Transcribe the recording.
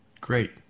great